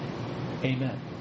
amen